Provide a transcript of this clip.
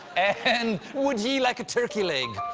and would ye like a turkey leg?